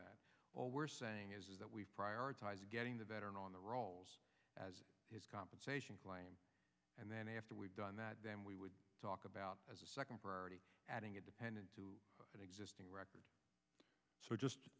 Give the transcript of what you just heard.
that all we're saying is that we prioritize getting the veteran on the rolls as his compensation claim and then after we've done that then we would talk about as a second priority adding a dependent to an existing record so just